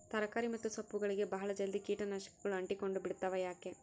ತರಕಾರಿ ಮತ್ತು ಸೊಪ್ಪುಗಳಗೆ ಬಹಳ ಜಲ್ದಿ ಕೇಟ ನಾಶಕಗಳು ಅಂಟಿಕೊಂಡ ಬಿಡ್ತವಾ ಯಾಕೆ?